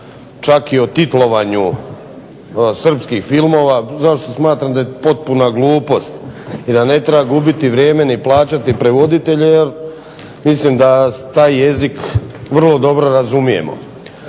čak i o titlovanju sprskih filmova, zašto smatram da je potpuna glupost i da ne treba gubiti vrijeme ni plaćati prevoditelja jer mislim da taj jezik vrlo dobro razumijemo.